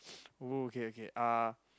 oh okay okay uh